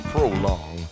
Prolong